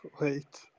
wait